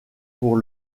pour